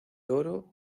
oro